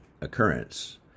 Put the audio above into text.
occurrence